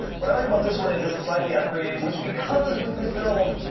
but i like about this one is it's slightly upgraded, which because with this build,